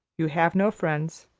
you have no friends.